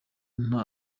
nta